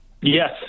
Yes